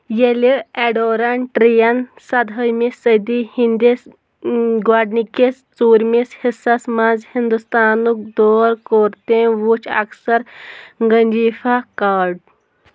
ییٚلہِ ایڈورَن ٹِرٛیٖیَن سدہٲیمہِ صٔدی ہِنٛدِس گۄڈنِكِس ژوٗرمِس حِصَس منٛز ہِندُستانُک دور کوٚر تٔمۍ وٕچھ اَکثَر گٔنجیٖفہ کاڈ